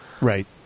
Right